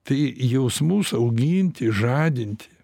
tai jausmus auginti žadinti